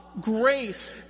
grace